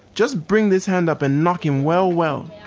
just bring this hand up and knock him well, well.